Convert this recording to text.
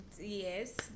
Yes